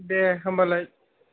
दे होमबालाय